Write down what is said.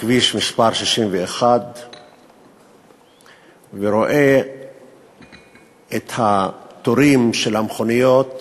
לכביש 61 ורואה את טור המכוניות